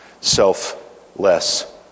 selfless